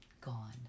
gone